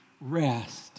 rest